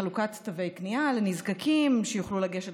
חלוקת תווי קנייה לנזקקים שיוכלו לגשת